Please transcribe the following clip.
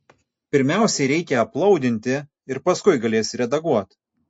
pirmiausiai reikia aplaudinti ir paskui galėsi redaguot